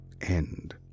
end